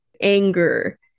anger